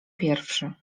pierwszy